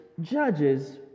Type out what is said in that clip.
judges